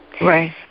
Right